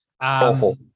Awful